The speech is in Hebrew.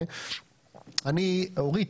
אורית,